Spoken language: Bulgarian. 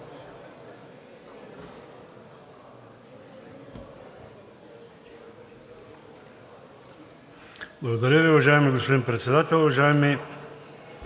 Благодаря Ви, уважаеми господин Председател. Уважаеми